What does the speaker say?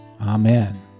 Amen